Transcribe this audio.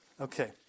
Okay